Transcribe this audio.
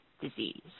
disease